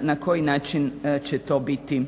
na koji način će to biti